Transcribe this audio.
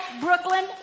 Brooklyn